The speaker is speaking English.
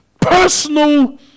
personal